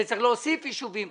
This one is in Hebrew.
שצריך להוסיף יישובים.